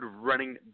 running